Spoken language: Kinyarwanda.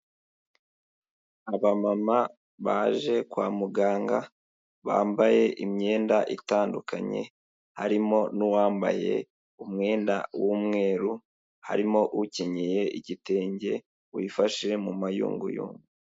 Abamama baje kwa muganga, bambaye imyenda itandukanye, harimo n'uwambaye umwenda w'umweru, harimo ukenyeye igitenge, wifashe mu mayunguyungu.